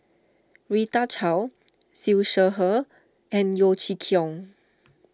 Rita Chao Siew Shaw Her and Yeo Chee Kiong